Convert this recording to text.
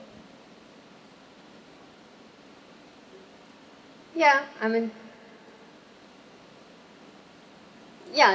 ya I mean ya